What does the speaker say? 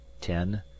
Ten